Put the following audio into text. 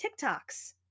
TikToks